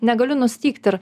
negaliu nustygt ir